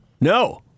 no